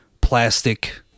plastic